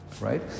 right